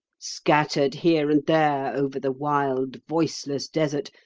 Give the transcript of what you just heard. scattered here and there over the wild, voiceless desert,